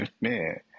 Man